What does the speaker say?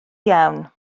iawn